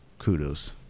Kudos